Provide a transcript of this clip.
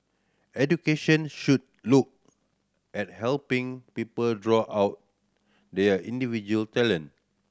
education should look at helping people draw out their individual talent